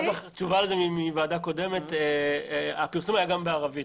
לך תשובה מוועדה קודמת: הפרסום היה גם בערבית.